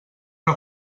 una